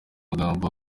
amagambo